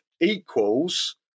equals